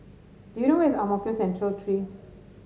do you know where is Ang Mo Kio Central Three